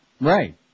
Right